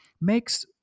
makes